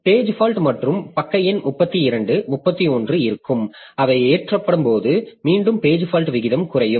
page fault மற்றும் பக்க எண் 32 31 இருக்கும் அவை ஏற்றப்படும்போது மீண்டும் பேஜ் ஃபால்ட் விகிதம் குறையும்